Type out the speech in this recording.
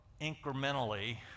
incrementally